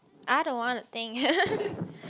I don't wanna think